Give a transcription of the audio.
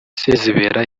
sezibera